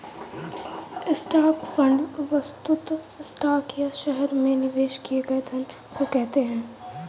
stock fund वस्तुतः stock या शहर में निवेश किए गए धन को कहते हैं